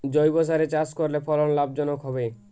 জৈবসারে চাষ করলে ফলন লাভজনক হবে?